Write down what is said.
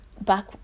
back